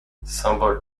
symboles